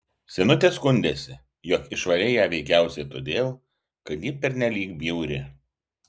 senutė skundėsi jog išvarei ją veikiausiai todėl kad ji pernelyg bjauri